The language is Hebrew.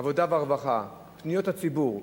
העבודה והרווחה, פניות הציבור,